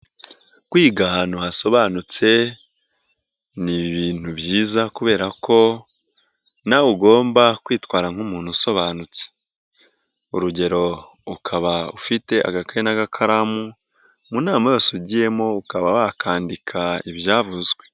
Kwiga ahantu hasobanutse ni ibintu byiza kubera ko nawe ugomba kwitwara nk'umuntu usobanutse, urugero ukaba ufite agakayi n'agakaramu mu nama yose ugiyemo ukaba wakandika ibyavuzwe.